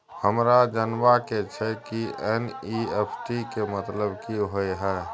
हमरा जनबा के छै की एन.ई.एफ.टी के मतलब की होए है?